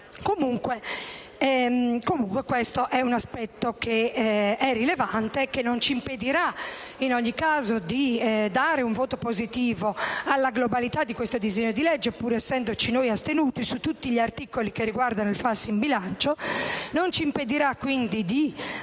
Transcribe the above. e stime. Questo aspetto è rilevante ma non ci impedirà, in ogni caso, di esprimere un voto positivo sulla globalità di questo disegno di legge, pur essendoci noi astenuti su tutti gli articoli che riguardano il falso in bilancio; non ci impedirà di